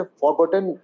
forgotten